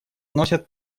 носят